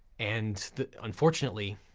and that unfortunately,